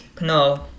No